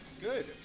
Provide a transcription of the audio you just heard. Good